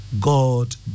God